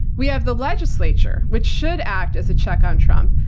we have the legislature, which should act as a check on trump,